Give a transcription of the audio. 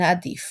נעדיף